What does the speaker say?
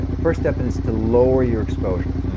the first step and is to lower your exposure.